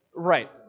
Right